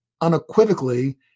unequivocally